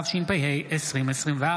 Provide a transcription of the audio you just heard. התשפ"ה 2024,